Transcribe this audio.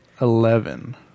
Eleven